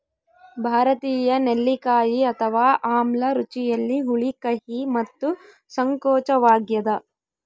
ಭಾರತೀಯ ನೆಲ್ಲಿಕಾಯಿ ಅಥವಾ ಆಮ್ಲ ರುಚಿಯಲ್ಲಿ ಹುಳಿ ಕಹಿ ಮತ್ತು ಸಂಕೋಚವಾಗ್ಯದ